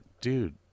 dude